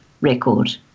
Record